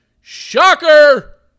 Shocker